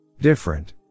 different